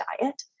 diet